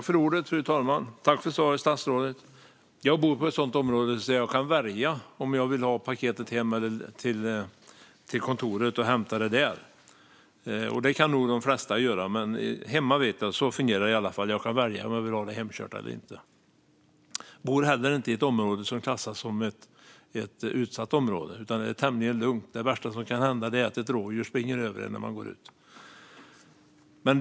Fru talman! Jag tackar statsrådet för svaret. Jag bor i ett sådant område där man kan välja om man vill ha paketet hem eller till kontoret och hämta det där. Det kan nog de flesta göra, men så fungerar det i alla fall hemma. Jag kan välja om jag vill ha paketet hemkört eller inte. Jag bor inte i ett sådant område som klassas som ett utsatt område, utan det är tämligen lugnt. Det värsta som kan hända är att ett rådjur springer över en när man går ut.